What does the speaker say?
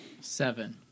Seven